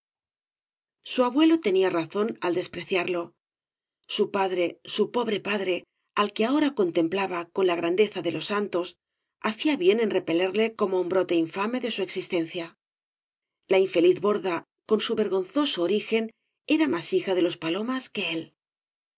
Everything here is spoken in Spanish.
su abuelo tenía razón al despreciarlo su padre su pobre padre al que ahora contemplaba con la grandeza de ios santos hacía bien en repelerle como un brote infame de su existencia la infeliz borda con su vergonzoso origen era más hija de los palomas que é